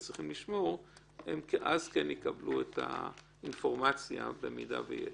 כן יקבלו את האינפורמציה אם יש.